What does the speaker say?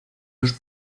los